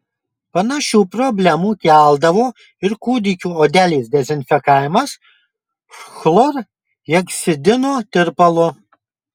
panašių problemų keldavo ir kūdikių odelės dezinfekavimas chlorheksidino tirpalu